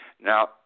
Now